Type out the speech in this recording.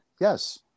Yes